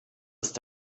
ist